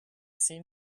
seen